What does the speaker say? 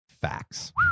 facts